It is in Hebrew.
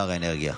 שר האנרגיה.